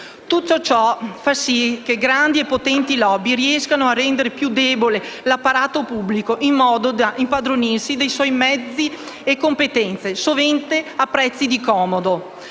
Tutto ciò fa sì che grandi e potenti *lobby* riescano a rendere più debole l'apparato pubblico in modo da impadronirsi dei suoi mezzi e competenze, sovente a prezzi di comodo.